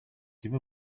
give